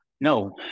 No